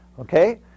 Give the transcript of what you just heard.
Okay